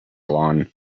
lawn